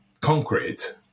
concrete